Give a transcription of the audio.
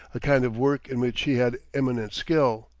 a kind of work in which he had eminent skill.